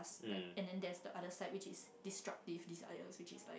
like and then there's the other side which is destructive desires which is like